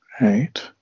Right